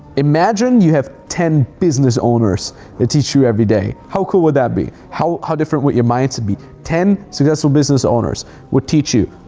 imagine you have ten business owners that teach you every day. how cool would that be? how how different would your mindset be? ten successful business owners would teach you,